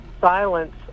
silence